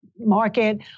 market